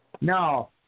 No